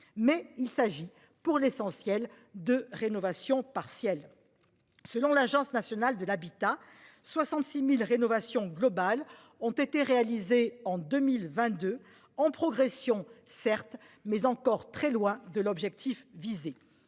Mais il s'agit pour l'essentiel de rénovation partielle. Selon l'Agence nationale de l'habitat 66.000 rénovations globales ont été réalisées en 2022 en progression certes mais encore très loin de l'objectif visé